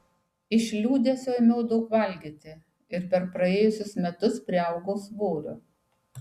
iš liūdesio ėmiau daug valgyti ir per praėjusius metus priaugau svorio